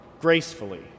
gracefully